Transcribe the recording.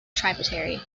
tributary